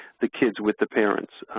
the kids with the parents.